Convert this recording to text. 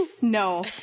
No